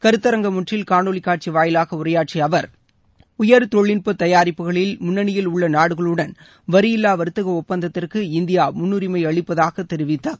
கருத்தரங்கம் ஒன்றில் காணொலி காட்சி வாயிவாக உரையாற்றிய அவர் உயர் தொழில்நுட்ப தயாரிப்புகளில் முன்னணியில் உள்ள நாடுகளுடன் வரியில்வா வர்த்தக ஒப்பந்தத்திற்கு இந்தியா முன்னுரிமை அளிப்பதாக தெரிவித்தார்